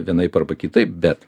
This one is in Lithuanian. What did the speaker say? vienaip arba kitaip bet